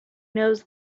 knows